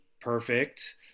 perfect